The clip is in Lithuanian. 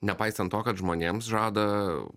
nepaisant to kad žmonėms žada